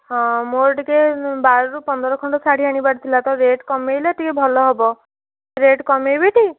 ହଁ ମୋର ଟିକେ ବାରରୁ ପନ୍ଦର ଖଣ୍ଡ ଶାଢ଼ୀ ଆଣିବାର ଥିଲା ତ ରେଟ୍ କମାଇଲେ ଟିକେ ଭଲ ହେବ ରେଟ୍ କମାଇବେଟି